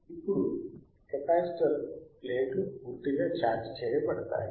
ఇప్పుడు కెపాసిటర్ ప్లేట్లు పూర్తిగా ఛార్జ్ చేయబడతాయి